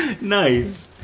Nice